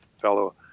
fellow